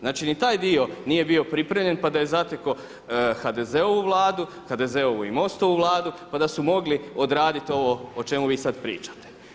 Znači ni taj dio nije bio pripremljen pa da je zatekao HDZ-ovu Vladu, HDZ-ovu i MOST-ovu Vladu pa da su mogli odraditi ovo o čemu vi sada pričate.